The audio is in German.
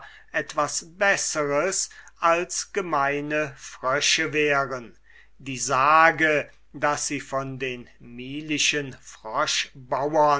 etwas bessers als gemeine frösche wären die sage daß sie von den